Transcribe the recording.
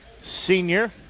senior